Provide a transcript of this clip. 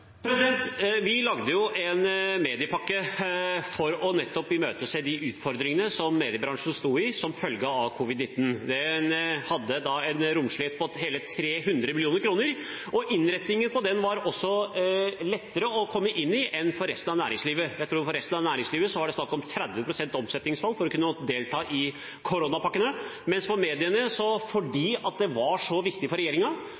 en mediepakke for nettopp å imøtese de utfordringene som mediebransjen sto i som følge av covid-19. Den hadde en romslighet på hele 300 mill. kr. Innretningen på den gjorde det også lettere å komme inn enn pakkene for resten av næringslivet. Jeg tror at for resten av næringslivet var det snakk om at man måtte ha 30 pst. omsetningsfall for å kunne delta i koronapakkene, men fordi det var så viktig for